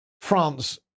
France